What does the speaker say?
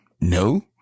no